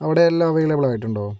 അവിടെയെല്ലാം അവൈലബ്ളായിട്ടുണ്ടോ